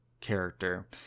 character